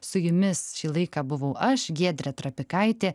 su jumis šį laiką buvau aš giedrė trapikaitė